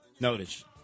Notice